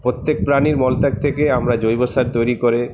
প্রত্যেক প্রাণীর মলত্যাগ থেকে আমরা জৈব সার তৈরি করে